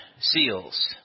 seals